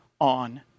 on